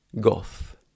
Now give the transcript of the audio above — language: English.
Goth